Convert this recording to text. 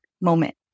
moment